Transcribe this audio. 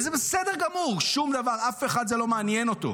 וזה בסדר גמור, שום דבר, זה לא מעניין אף אחד.